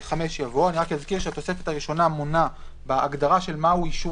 אני רק אזכיר שהתוספת הראשונה מונה בהגדרה של מהו אישור